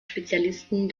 spezialisten